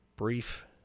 brief